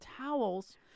towels